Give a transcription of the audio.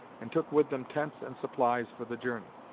and took with them tents and supplies for the journey.